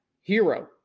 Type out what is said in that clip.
Hero